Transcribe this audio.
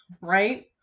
Right